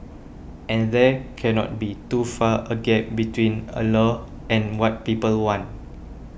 and there cannot be too far a gap between a law and what people want